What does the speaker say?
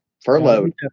furloughed